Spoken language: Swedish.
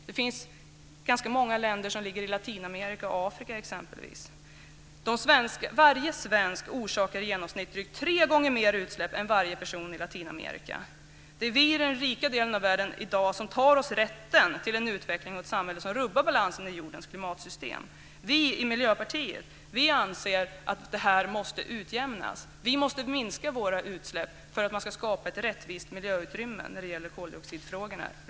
Det finns ganska många länder som ligger i Latinamerika och Afrika, exempelvis. Varje svensk orsakar i genomsnitt drygt tre gånger mer utsläpp än varje person i Latinamerika. Det är vi i den rika delen av världen som i dag tar oss rätten till en utveckling och ett samhälle som rubbar balansen i jordens klimatsystem. Vi i Miljöpartiet anser att dessa skillnader måste utjämnas. Vi måste minska våra utsläpp för att det ska kunna skapas ett rättvist miljöutrymme i världen när det gäller koldioxidfrågorna.